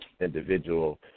individual